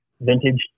vintage